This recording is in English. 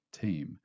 team